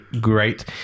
great